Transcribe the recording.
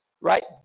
right